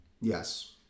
Yes